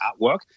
artwork